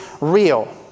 real